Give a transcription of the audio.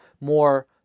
more